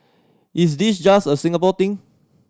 is this just a Singapore thing